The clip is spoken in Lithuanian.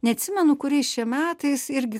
neatsimenu kuriais čia metais irgi